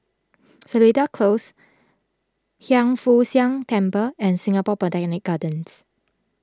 Seletar Close Hiang Foo Siang Temple and Singapore Botanic Gardens